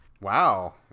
Wow